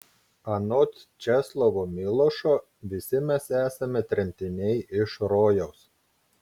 anot česlovo milošo visi mes esame tremtiniai iš rojaus